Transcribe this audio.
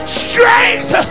strength